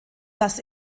das